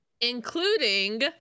including